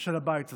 של הבית הזה.